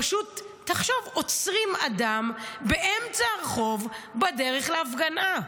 פשוט, תחשוב: עוצרים אדם באמצע הרחוב בדרך להפגנה,